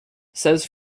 says